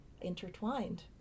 intertwined